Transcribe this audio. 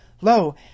Lo